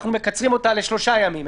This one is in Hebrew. שאנחנו מקצרים לשלושה ימים,